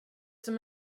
som